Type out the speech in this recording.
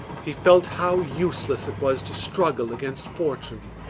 he felt how useless it was to struggle against fortune,